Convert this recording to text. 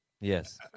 Yes